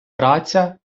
праця